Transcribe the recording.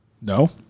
No